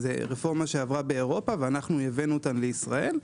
זו רפורמה שעברה באירופה ואנחנו הבאנו אותם לישראל.